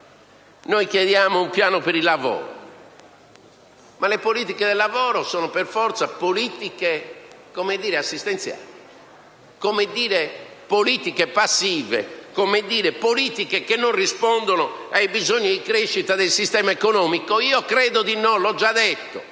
Noi chiediamo un piano per il lavoro. Ma le politiche del lavoro sono per forza politiche assistenziali, politiche passive, politiche che non rispondono ai bisogni di crescita del sistema economico, come d'altronde ho già detto.